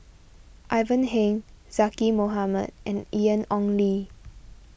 Ivan Heng Zaqy Mohamad and Ian Ong Li